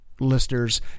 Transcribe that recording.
listeners